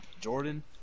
Jordan